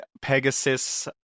Pegasus